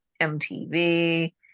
MTV